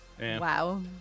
Wow